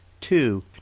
two